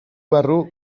barru